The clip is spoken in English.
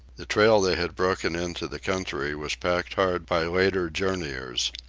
the trail they had broken into the country was packed hard by later journeyers.